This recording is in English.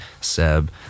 Seb